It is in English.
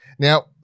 Now